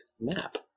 map